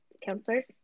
counselors